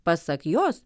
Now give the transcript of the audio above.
pasak jos